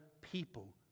people